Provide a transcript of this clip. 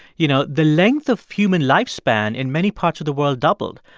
you know, the length of human lifespan in many parts of the world doubled.